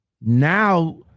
now